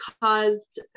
caused